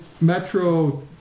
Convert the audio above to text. Metro